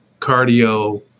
cardio